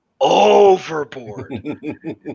overboard